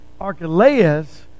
Archelaus